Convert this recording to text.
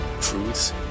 Truths